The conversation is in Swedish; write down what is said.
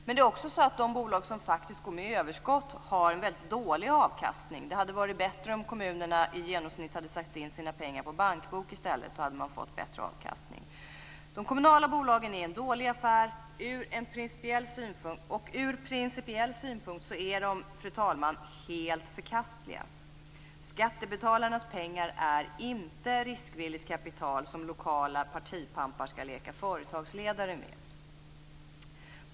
Dels är det så att de bolag som faktiskt går med överskott har en väldigt dålig avkastning. Det skulle ha varit bättre om kommunerna i genomsnitt hade satt in sina pengar på bankbok. Då hade man fått en bättre avkastning. De kommunala bolagen är principiellt en dålig affär, ja, helt förkastliga. Skattebetalarnas pengar är inte riskvilligt kapital som lokala partipampar skall leka företagsledare med.